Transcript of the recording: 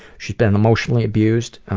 she's been emotionally abused.